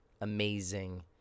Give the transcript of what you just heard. amazing